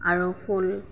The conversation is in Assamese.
আৰু ফুল